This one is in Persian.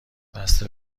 بسته